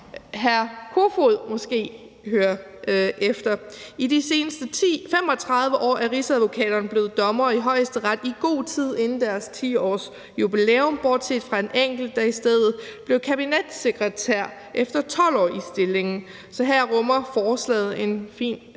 Peter Kofod måske høre efter. I de seneste 35 år er rigsadvokaterne blevet dommere i Højesteret i god tid inden deres 10-årsjubilæum, bortset fra en enkelt, der i stedet blev kabinetssekretær efter 12 år i stillingen. Så her rummer forslaget en fin